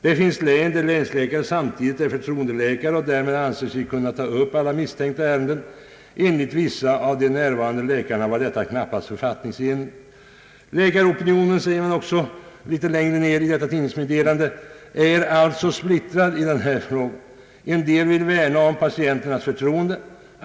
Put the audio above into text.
Dei finns län där länsläkaren samtidigt är förtroendeläkare — och därmed anser sig kunna ta upp alla misstänkta ärenden, Enligt vissa av de närvarande läkarna var detta knappast författningsenligt.» Litet längre fram i artikeln kan man läsa: »Läkaropinionen är alltså splittrad i den här frågan. En del vill värna om patientens förtroende.